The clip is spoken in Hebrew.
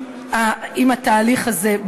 עם התהליך הזה,